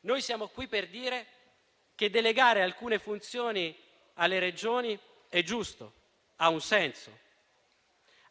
Noi siamo qui per dire che delegare alcune funzioni alle Regioni è giusto e che